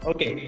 Okay